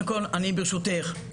ברשותך,